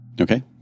Okay